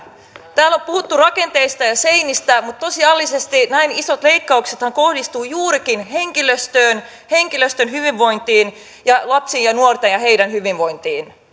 täällä on puhuttu rakenteista ja seinistä mutta tosiasiallisestihan näin isot leikkaukset kohdistuvat juurikin henkilöstöön henkilöstön hyvinvointiin ja lapsiin ja nuoriin ja heidän hyvinvointiinsa